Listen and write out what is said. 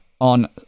on